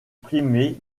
primés